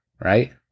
Right